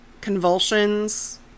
Convulsions